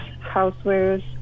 housewares